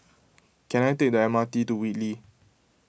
can I take the M R T to Whitley